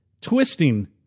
twisting